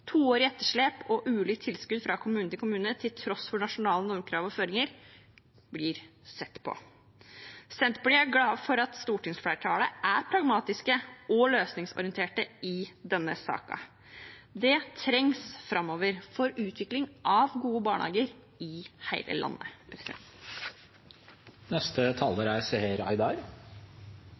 etterslep og ulikt tilskudd fra kommune til kommune, til tross for nasjonale normkrav og føringer, blir sett på. Senterpartiet er glad for at stortingsflertallet er pragmatiske og løsningsorienterte i denne saken. Det trengs framover for utvikling av gode barnehager i hele landet. Barnehageansatte har virkelig stått på, også når forholdene har vært vanskelige. Det er